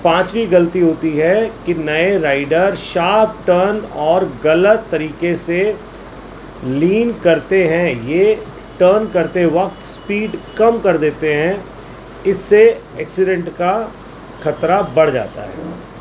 پانچویں غلطی ہوتی ہے کہ نئے رائڈر شارپ ٹرن اور غلط طریقے سے لین کرتے ہیں یہ ٹرن کرتے وقت اسپیڈ کم کر دیتے ہیں اس سے ایکسیڈنٹ کا خطرہ بڑھ جاتا ہے